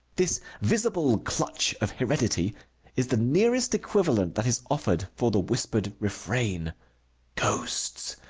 this visible clutch of heredity is the nearest equivalent that is offered for the whispered refrain ghosts,